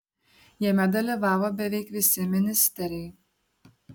jame dalyvavo beveik visi ministeriai